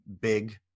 big